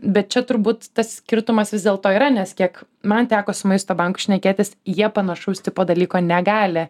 bet čia turbūt tas skirtumas vis dėlto yra nes kiek man teko su maisto banku šnekėtis jie panašaus tipo dalyko negali